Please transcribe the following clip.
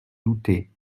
douter